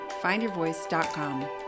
findyourvoice.com